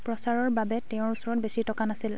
প্ৰচাৰৰ বাবে তেওঁৰ ওচৰত বেছি টকা নাছিল